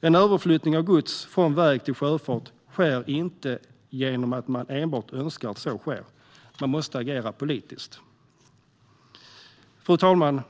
Men en överflyttning av gods från väg till sjöfart sker inte enbart genom att man önskar att så sker; man måste agera politiskt. Fru talman!